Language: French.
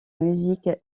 musique